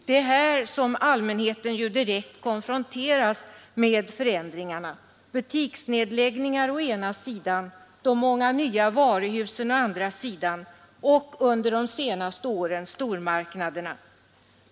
Det är här som allmänheten ju direkt konfronteras med förändringarna — butiksnedläggningar å ena sidan, de många varuhusen å andra sidan och under de senaste åren stormarknaderna.